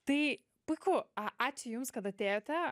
tai puiku a ačiū jums kad atėjote